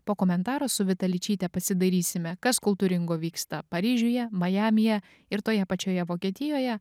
po komentaro su vita ličyte pasidarysime kas kultūringo vyksta paryžiuje majamyje ir toje pačioje vokietijoje